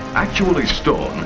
actually stone,